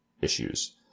issues